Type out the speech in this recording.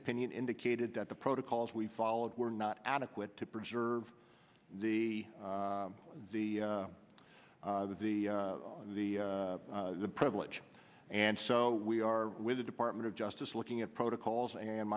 opinion indicated that the protocols we followed were not adequate to preserve the the that the the the privilege and so we are with the department of justice looking at protocols and